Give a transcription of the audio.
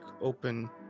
open